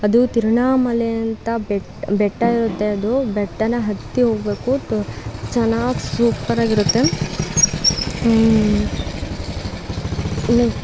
ಅದು ತಿರುವಣ್ಣಾಮಲೈ ಅಂತ ಬೆಟ್ಟ ಬೆಟ್ಟ ಇರುತ್ತೆ ಅದು ಬೆಟ್ಟನಾ ಹತ್ತಿ ಹೋಗ್ಬೇಕು ಚೆನ್ನಾಗಿ ಸೂಪರಾಗಿರುತ್ತೆ ಲೈಕ್